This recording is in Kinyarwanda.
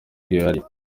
bwihariye